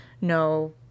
no